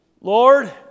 Lord